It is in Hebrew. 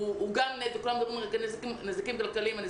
יש